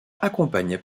accompagnait